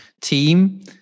team